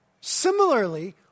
Similarly